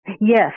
Yes